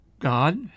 God